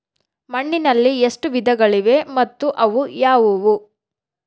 ಮಣ್ಣಿನಲ್ಲಿ ಎಷ್ಟು ವಿಧಗಳಿವೆ ಮತ್ತು ಅವು ಯಾವುವು?